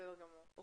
בסדר גמור.